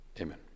Amen